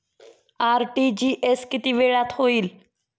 RTGS किती वेळात होईल?